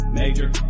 major